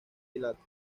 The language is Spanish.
dilate